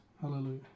Hallelujah